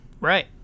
Right